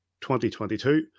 2022